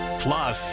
plus